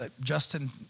Justin